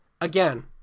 Again